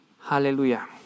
Hallelujah